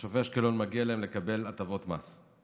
ולתושבי אשקלון מגיע לקבל הטבות מס.